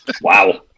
Wow